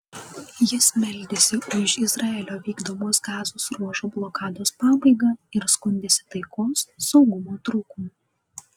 jis meldėsi už izraelio vykdomos gazos ruožo blokados pabaigą ir skundėsi taikos saugumo trūkumu